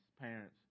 parents